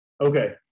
Okay